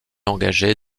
engagée